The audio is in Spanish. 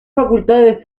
facultades